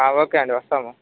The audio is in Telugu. ఓకే అండి వస్తాము